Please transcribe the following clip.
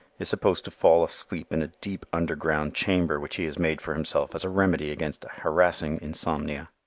is supposed to fall asleep in a deep, underground chamber which he has made for himself as a remedy against a harassing insomnia.